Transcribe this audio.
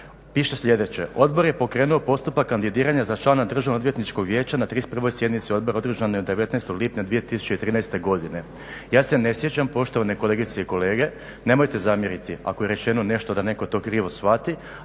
Piše sljedeće: "Odbor je pokrenuo postupak kandidiranja za člana Državno odvjetničkog vijeća na 31. sjednici Odbora održanoj 19. lipnja 2013. godine.". Ja se ne sjećam poštovane kolegice i kolege, nemojte zamjeriti ako je rečeno nešto da netko to krivo shvati